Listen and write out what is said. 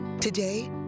Today